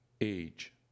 age